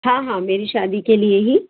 हाँ हाँ मेरी शादी के लिए ही